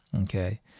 Okay